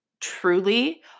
truly